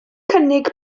cynnig